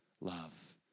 love